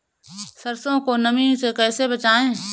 सरसो को नमी से कैसे बचाएं?